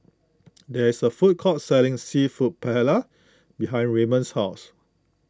there is a food court selling Seafood Paella behind Raymon's house